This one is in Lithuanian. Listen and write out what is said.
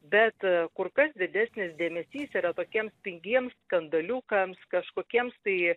bet kur kas didesnis dėmesys yra tokiems pigiems skandaliukams kažkokiems tai